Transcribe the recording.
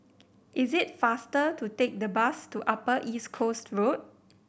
is it faster to take the bus to Upper East Coast Road